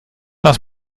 las